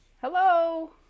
Hello